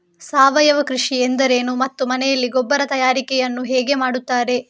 ಸಾವಯವ ಕೃಷಿ ಎಂದರೇನು ಮತ್ತು ಮನೆಯಲ್ಲಿ ಗೊಬ್ಬರ ತಯಾರಿಕೆ ಯನ್ನು ಹೇಗೆ ಮಾಡುತ್ತಾರೆ?